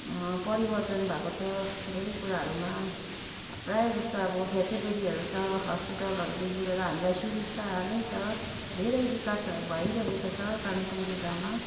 परिवर्तन भएको छ धेरै कुराहरूमा प्राय जस्तोअब फेसीलिटीहरू छ हस्पिटलहरूदेखि लिएर हामीलाई सुबिस्ता नै छ धेरै विकास भइरहेको छ कालिम्पोङ जिल्लामा